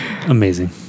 Amazing